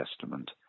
Testament